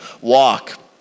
walk